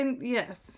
yes